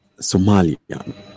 Somalia